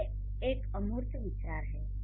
प्रेम एक अमूर्त विचार है